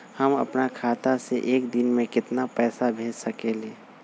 हम अपना खाता से एक दिन में केतना पैसा भेज सकेली?